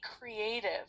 creative